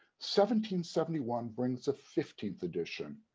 seventy seventy one brings the fifteenth edition,